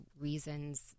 reasons